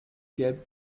gelb